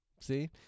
see